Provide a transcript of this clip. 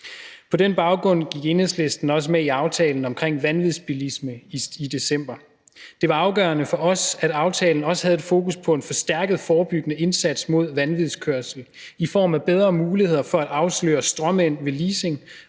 På den baggrund gik Enhedslisten også med i aftalen omkring vanvidsbilisme i december. Det var afgørende for os, at aftalen også havde et fokus på en forstærket forebyggende indsats mod vanvidskørsel i form af bedre muligheder for at afsløre stråmænd ved leasing